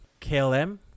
KLM